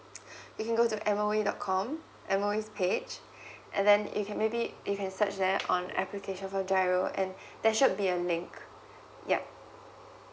you can go to M_O_E dot com M_O_E's page and then you can maybe you can search there on application for G_I_R_O and there should be a link yup